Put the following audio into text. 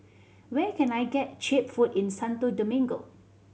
where can I get cheap food in Santo Domingo